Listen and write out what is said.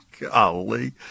Golly